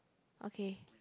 okay